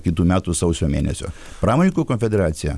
kitų metų sausio mėnesio pramoikų konfederacija